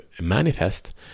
manifest